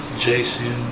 Jason